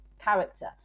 character